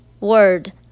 word